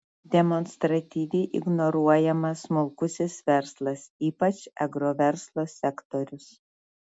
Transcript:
demonstratyviai ignoruojamas smulkusis verslas ypač agroverslo sektorius